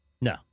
No